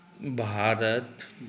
Bharat